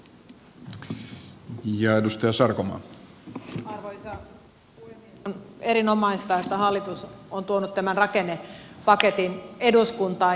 on erinomaista että hallitus on tuonut tämän rakennepaketin eduskuntaan